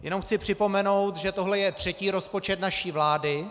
Jenom chci připomenout, že tohle je třetí rozpočet naší vlády.